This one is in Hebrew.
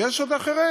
ויש עוד אחרים.